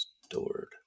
stored